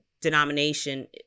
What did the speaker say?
denomination